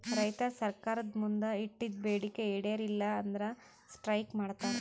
ರೈತರ್ ಸರ್ಕಾರ್ದ್ ಮುಂದ್ ಇಟ್ಟಿದ್ದ್ ಬೇಡಿಕೆ ಈಡೇರಲಿಲ್ಲ ಅಂದ್ರ ಸ್ಟ್ರೈಕ್ ಮಾಡ್ತಾರ್